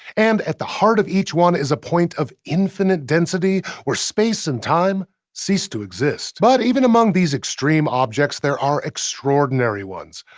and at the heart of each one is a point of infinite density where space and time cease to exist. but even among these extreme objects, there are extraordinary ones.